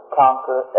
conquer